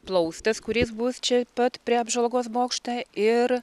plaustas kuris bus čia pat prie apžvalgos bokštą ir